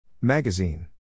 Magazine